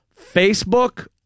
Facebook